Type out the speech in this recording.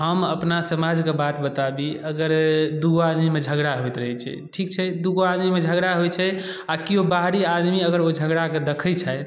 हम अपना समाजके बात बताबि अगर दू आदमीमे झगड़ा होइत रहै छै ठीक छै दुगो आदमीमे झगड़ा होइ छै आओर केओ बाहरी आदमी अगर ओ झगड़ाके दखै छै